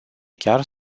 chiar